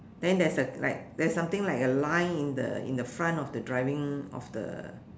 then there's a like there's something like a line in the in the front of the driving of the